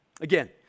Again